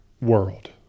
world